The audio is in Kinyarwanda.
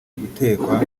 gutekwa